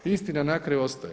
Istina na kraju ostane.